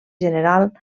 general